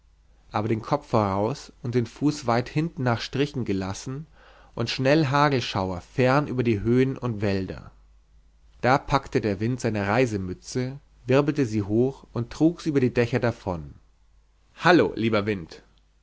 aber den kopf voraus und den fuß weit hinten nach strichen gelassen und schnell hagelschauer fern über die höhen und wälder da packte der wind seine reisemütze wirbelte sie hoch und trug sie über die dächer davon hallo lieber wind